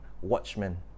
watchmen